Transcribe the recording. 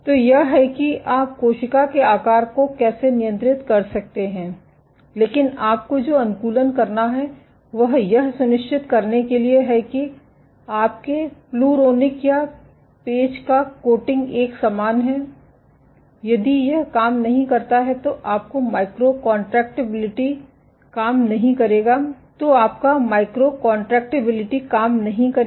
तो यह है कि आप कोशिका के आकार को कैसे नियंत्रित कर सकते हैं लेकिन आपको जो अनुकूलन करना है वह यह सुनिश्चित करने के लिए है कि आपके प्लुरोनिक या पेज का कोटिंग एक समान है यदि यह काम नहीं करता है तो आपका माइक्रो कॉन्ट्रैक्टिबिलिटी काम नहीं करेगा